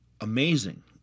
amazing